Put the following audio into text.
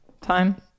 time